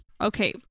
Okay